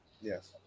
Yes